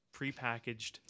prepackaged